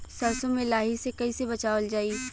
सरसो में लाही से कईसे बचावल जाई?